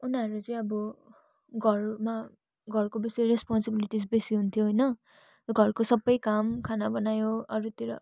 उनीहरूले चाहिँ अब घरमा घरको बेसी रेस्पोन्सिबिलिटिस् बेसी हुन्थ्यो होइन घरको सबै काम खाना बनायो अरूतिर